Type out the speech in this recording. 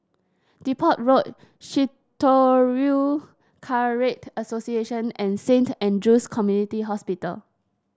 Depot Road Shitoryu Karate Association and Saint Andrew's Community Hospital